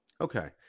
Okay